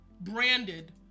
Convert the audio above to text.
branded